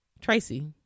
Tracy